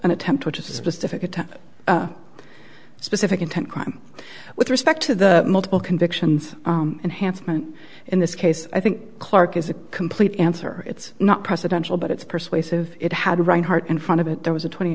an attempt which is a specific attack a specific intent crime with respect to the multiple convictions and handsome and in this case i think clarke is a complete answer it's not presidential but it's persuasive it had rinehart in front of it there was a twenty